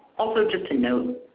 also just to note,